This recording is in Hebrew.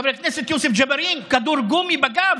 חבר כנסת יוסף ג'בארין, כדור גומי בגב,